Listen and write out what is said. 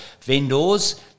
vendors